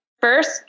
first